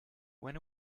when